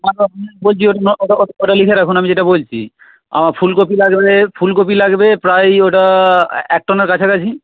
ওটা লিখে রাখুন আমি যেটা বলছি ফুলকপি লাগবে ফুলকপি লাগবে প্রায় ওটা এক টনের কাছাকাছি